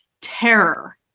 terror